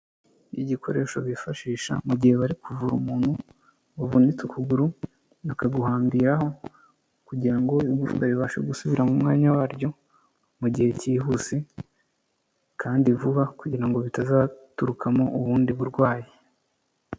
Igikoresho bifashisha mu gihe bari kuvura umuntu wavunitse ukuguru, bakaguhambiraho kugira ngo igufwa ribashe gusubira mu mwanya waryo, mu gihe cyihuse kandi vuba, kugira ngo bitazaturukamo ubundi burwayi.